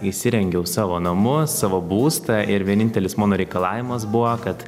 įsirengiau savo namus savo būstą ir vienintelis mano reikalavimas buvo kad